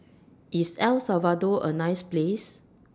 IS El Salvador A nice Place